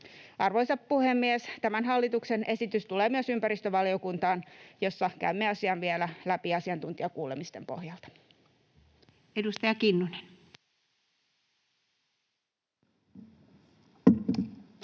Arvoisa puhemies! Tämä hallituksen esitys tulee myös ympäristövaliokuntaan, jossa käymme asian vielä läpi asiantuntijakuulemisten pohjalta. [Speech